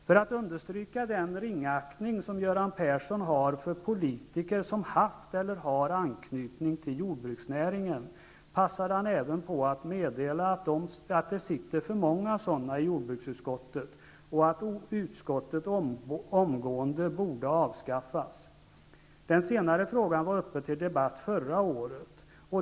För att understryka den ringaktning som Göran Persson har för politiker som har haft eller har anknytning till jordbruksnäringen passade han även på att meddela att det sitter för många sådana i jordbruksutskottet och att utskottet omgående borde avskaffas. Den senare frågan var uppe till debatt förra året.